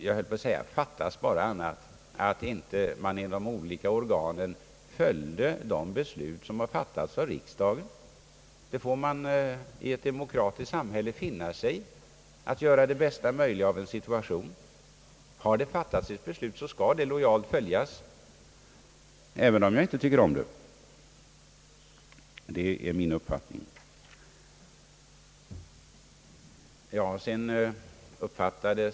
Jag vill då säga: Det fattas bara annat att man inom de olika organen inte följer de beslut som har träffats av riksdagen! Vi får i ett demokratiskt samhälle finna oss i att göra det bästa möjliga av situationen. Har det fattats ett beslut, skall det lojalt följas, även om man inte tycker om det — det är min uppfattning.